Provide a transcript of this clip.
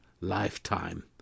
lifetime